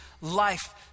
life